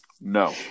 No